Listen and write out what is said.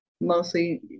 mostly